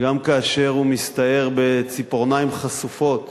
וגם כאשר הוא מסתער בציפורניים חשופות